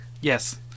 Yes